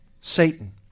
Satan